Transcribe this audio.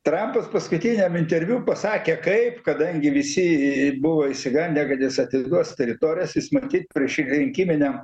trampas paskutiniam interviu pasakė kaip kadangi visi buvo išsigandę kad jis atiduos teritorijas jis matyt priešrinkiminiam